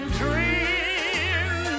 dream